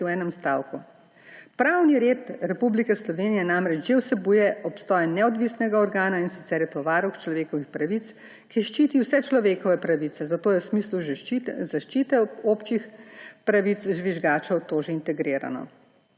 v enem stavku. Pravni red Republike Slovenije namreč že vsebuje obstoj neodvisnega organa, in sicer je to Varuh človekovih pravic, ki ščiti vse človekove pravice, zato je v smislu zaščite občih pravic žvižgačev to že integrirano.